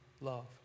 love